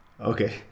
Okay